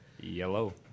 Yellow